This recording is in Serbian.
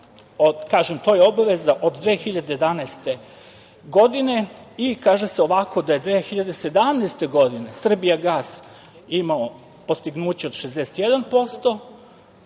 tačku. Kažem, to je obaveza od 2011. godine i kaže se ovako, da je 2017. godine „Srbijagas“ imao postignuće od 61%,